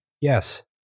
Yes